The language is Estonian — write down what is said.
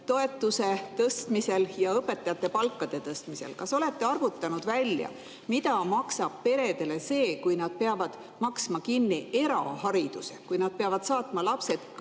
toetuse tõstmisel ja õpetajate palkade tõstmisel. Kas olete arvutanud välja, mida maksab peredele see, kui nad peavad maksma kinni erahariduse, kui nad peavad saatma lapsed